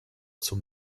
zum